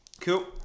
Cool